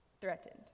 threatened